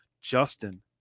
Justin